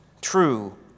true